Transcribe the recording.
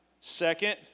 second